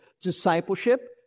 Discipleship